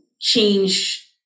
change